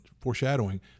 foreshadowing